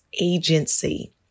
agency